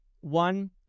One